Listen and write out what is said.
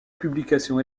publication